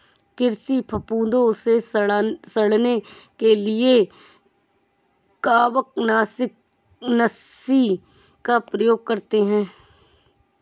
कृषि फफूदों से लड़ने के लिए कवकनाशी का उपयोग करते हैं